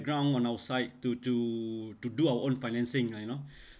background on our side to to to do our own financing ah you know